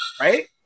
right